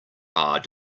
are